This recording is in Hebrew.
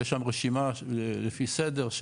יש שם רשימה לפי סדר,